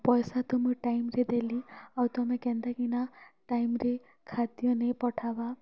ପଇସା ତ ମୁଇଁ ଟାଇମ୍ରେ ଦେଲି ଆଉ ତମେ କେନ୍ତା କିନା ଟାଇମ୍ରେ ଖାଦ୍ୟ ନେଇ ପଠାବା